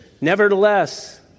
Nevertheless